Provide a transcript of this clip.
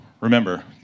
Remember